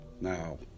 Now